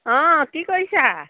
অঁ কি কৰিছা